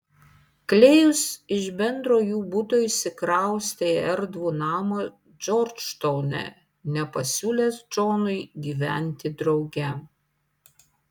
klėjus iš bendro jų buto išsikraustė į erdvų namą džordžtaune nepasiūlęs džonui gyventi drauge